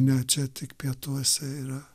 ne čia tik pietuose yra